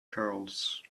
curls